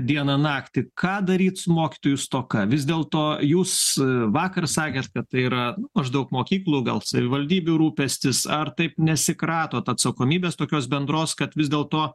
dieną naktį ką daryt su mokytojų stoka vis dėlto jūs vakar sakėt kad tai yra nu maždaug mokyklų gal savivaldybių rūpestis ar taip nesikratot atsakomybės tokios bendros kad vis dėlto